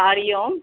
हा हरिओम